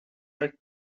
right